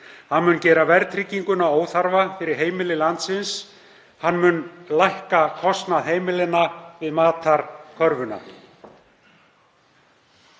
Hann mun gera verðtrygginguna óþarfa fyrir heimili landsins. Hann mun lækka kostnað heimilanna við matarkörfuna.